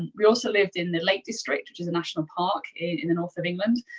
and we also lived in the lake district, which is a national part in the north of england.